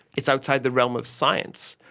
it's outside the realm of science.